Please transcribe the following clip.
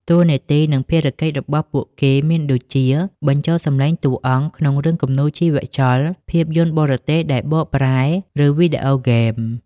តួនាទី និងភារកិច្ចរបស់ពួកគេមានដូចជា បញ្ចូលសំឡេងតួអង្គ ក្នុងរឿងគំនូរជីវចល ភាពយន្តបរទេសដែលបកប្រែ ឬវីដេអូហ្គេម។